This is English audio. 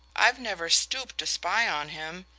i've never stooped to spy on him.